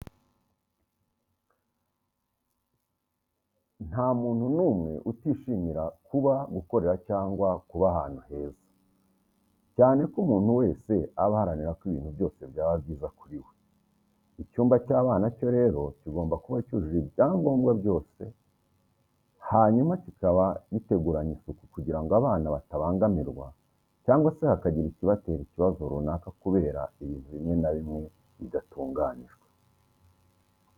Nta muntu n'umwe utishimira kuba, gukorera cyangwa kuba ahantu heza cyane ko umuntu wese aba aharanira ko ibintu byose byaba byiza kuri we. Icyumba cy'abana cyo rero kigomba kuba cyujuje ibyangombwa byose hanyuma kikaba giteguranye isuku kugira ngo abana batabangamirwa cyangwa se hakagira ikibatera ikibazo runaka kubera ibintu bimwe na bimwe bidatunganijwe.